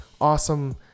Awesome